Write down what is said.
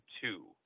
two